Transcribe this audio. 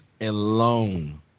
alone